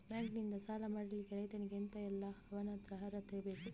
Bank ನಿಂದ ಸಾಲ ಪಡಿಲಿಕ್ಕೆ ರೈತನಿಗೆ ಎಂತ ಎಲ್ಲಾ ಅವನತ್ರ ಅರ್ಹತೆ ಬೇಕು?